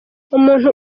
umuntu